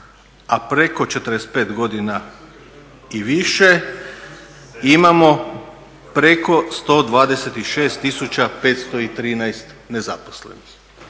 a preko 45godina i više imamo preko 126.513 nezaposlenih.